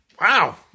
Wow